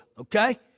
okay